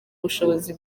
ubushobozi